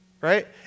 right